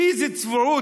איזה צביעות.